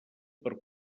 per